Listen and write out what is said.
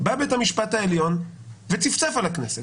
בא בית המשפט העליון וצפצף על הכנסת